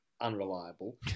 unreliable